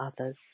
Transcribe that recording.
others